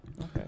okay